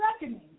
reckoning